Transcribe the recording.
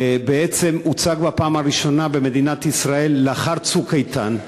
ובעצם הוצג לראשונה במדינת ישראל לאחר "צוק איתן".